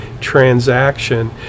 transaction